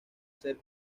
ser